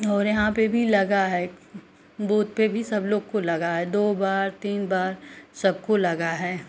और यहाँ पर भी लगा है एक बूथ पर भी सब लोग को लगा है दो बार तीन बार सबको लगा है